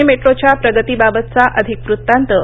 पुणे मेट्रोच्या प्रगतीबाबतचा अधिक वृत्तांत